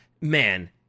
man